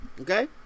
okay